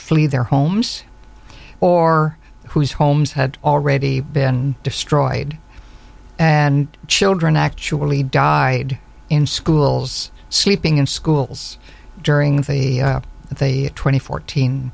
flee their homes or whose homes had already been destroyed and children actually died in schools sleeping in schools during the twenty fourteen